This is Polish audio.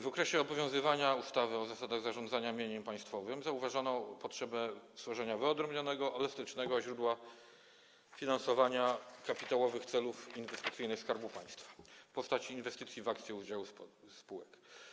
W okresie obowiązywania ustawy o zasadach zarządzania mieniem państwowym zauważono potrzebę stworzenia wyodrębnionego, elastycznego źródła finansowania kapitałowych celów inwestycyjnych Skarbu Państwa w postaci inwestycji w akcje i udziały spółek.